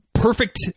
perfect